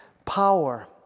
Power